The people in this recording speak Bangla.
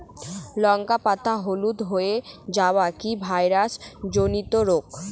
লঙ্কা পাতা হলুদ হয়ে যাওয়া কি ভাইরাস জনিত রোগ?